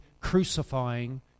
crucifying